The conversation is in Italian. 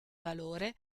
valore